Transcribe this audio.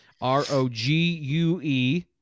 R-O-G-U-E